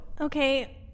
okay